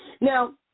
Now